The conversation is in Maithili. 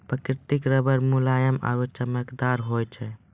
प्रकृतिक रबर मुलायम आरु चमकदार होय छै